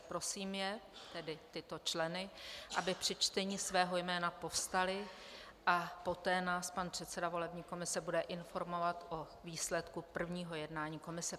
Prosím je, tedy tyto členy, aby při čtení svého jména povstali, a poté nás pan předseda volební komise bude informovat o výsledku prvního jednání komise.